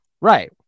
Right